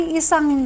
isang